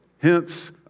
Hence